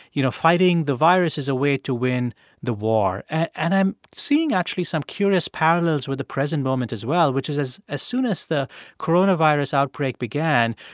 you know, fighting the virus is a way to win the war and i'm seeing actually some curious parallels with the present moment as well, which is as as soon as the coronavirus outbreak began,